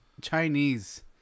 Chinese